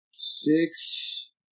Six